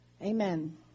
Amen